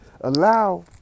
allow